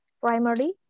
primary